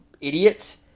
idiots